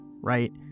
right